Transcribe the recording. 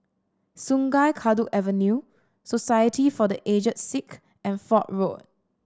Sungei Kadut Avenue Society for The Aged Sick and Fort Road